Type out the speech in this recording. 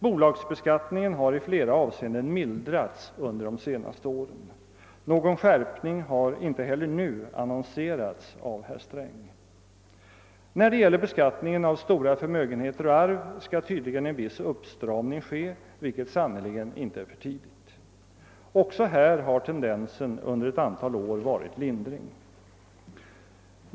Bolagsbeskattningen har i flera avseenden mildrats under de senaste åren. Någon skärpning har icke heller nu annonserats av herr Sträng. När det gäller beskattningen av stora förmögenheter och arv skall tydligen en viss uppstramning ske, vilket sannerligen inte är för tidigt. Också här har tendensen under ett antal år varit lindring.